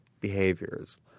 behaviors